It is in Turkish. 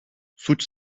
suç